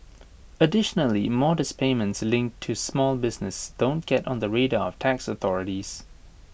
additionally modest payments linked to small business don't get on the radar of tax authorities